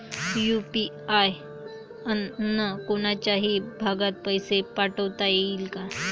UPI न कोनच्याही भागात पैसे पाठवता येईन का?